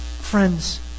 friends